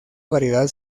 variedad